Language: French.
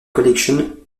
collection